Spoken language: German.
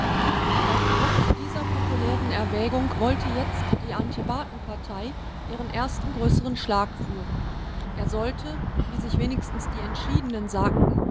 auf grund dieser populären erwägung wollte jetzt die antibatenpartei ihren ersten größeren schlag führen er sollte wie sich wenigstens die entschiedenen sagten